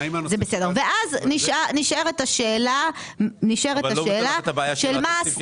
ואז נשארת השאלה -- אבל לא פתרת את הבעיה של תקציב